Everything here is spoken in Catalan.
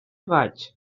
boigs